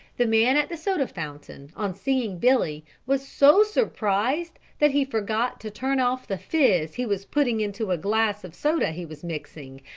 the man at the soda fountain on seeing billy was so surprised that he forgot to turn off the fizz he was putting into a glass of soda he was mixing,